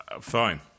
Fine